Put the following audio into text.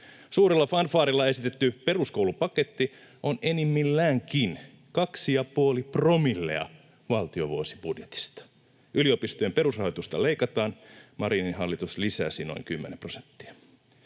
Suurella fanfaarilla esitetty peruskoulupaketti on enimmilläänkin 2,5 promillea valtion vuosibudjetista. Yliopistojen perusrahoitusta leikataan, Marinin hallitus lisäsi noin 10 prosenttia.